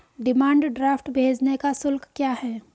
Demand draft भेजने का शुल्क क्या है?